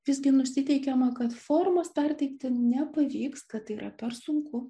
visgi nusiteikiama kad formos perteikti nepavyks kad tai yra per sunku